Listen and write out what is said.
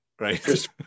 right